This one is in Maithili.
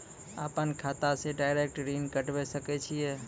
अपन खाता से डायरेक्ट ऋण कटबे सके छियै?